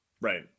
Right